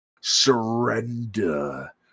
surrender